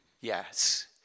Yes